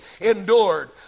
endured